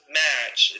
match